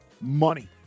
money